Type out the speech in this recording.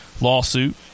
lawsuit